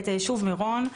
את היישוב מירון,